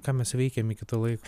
ką mes veikėm iki to laiko